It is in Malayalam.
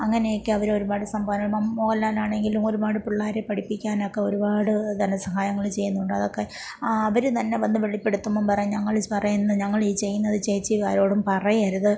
അങ്ങനെയൊക്കെ അവരൊരുപാട് സംഭാവനകൾ മോഹൻലാലാണെങ്കിലും ഒരുപാട് പിള്ളാരെ പഠിപ്പിക്കാനൊക്കെ ഒരുപാട് ധനസഹായങ്ങൾ ചെയ്യുന്നുണ്ടതൊക്കെ ആ അവർ തന്നെ വന്ന് വെളിപ്പെടുത്തുമ്പം പറയും ഞങ്ങൾ പറയുന്ന ഞങ്ങളീ ചെയ്യുന്നത് ചേച്ചി ആരോടും പറയരുത്